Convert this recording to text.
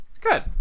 Good